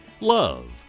Love